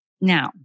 Now